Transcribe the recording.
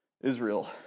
Israel